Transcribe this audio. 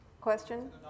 Question